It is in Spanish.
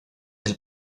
del